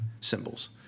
symbols